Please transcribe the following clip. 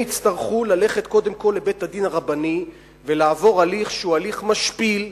הם יצטרכו ללכת קודם כול לבית-הדין הרבני ולעבור הליך שהוא הליך משפיל,